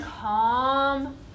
calm